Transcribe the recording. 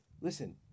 listen